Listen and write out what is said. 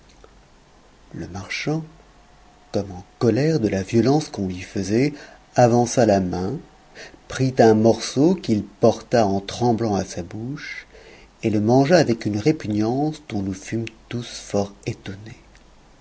le marchand comme en colère de la violence qu'on lui faisait avança la main prit un morceau qu'il porta en tremblant à sa bouche et le mangea avec une répugnance dont nous fûmes tous fort étonnés